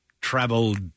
traveled